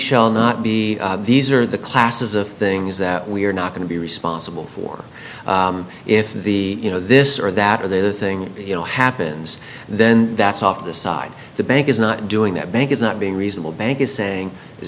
shall not be these are the classes of things that we're not going to be responsible for if the you know this or that or the other thing you know happens then that's off the side the bank is not doing that bank is not being reasonable bank is saying